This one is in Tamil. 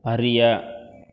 அறிய